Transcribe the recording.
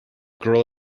girl